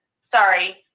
sorry